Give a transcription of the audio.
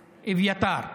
אביתר.